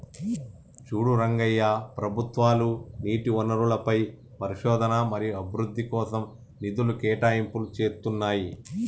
చూడు రంగయ్య ప్రభుత్వాలు నీటి వనరులపై పరిశోధన మరియు అభివృద్ధి కోసం నిధులు కేటాయింపులు చేతున్నాయి